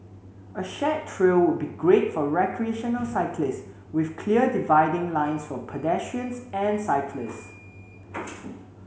a shared trail would be great for recreational cyclists with clear dividing lines for pedestrians and cyclists